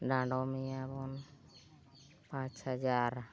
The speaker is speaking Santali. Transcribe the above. ᱰᱟᱸᱰᱚᱢᱮᱭᱟᱵᱚᱱ ᱯᱟᱸᱪ ᱦᱟᱡᱟᱨ